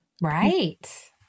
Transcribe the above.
Right